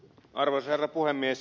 arvoisa herra puhemies